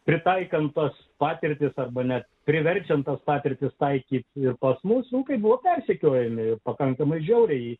pritaikant tas patirtis arba net priverčiant tą patirtį taikyti ir pats mūsų kaip buvo persekiojami pakankamai žiauriai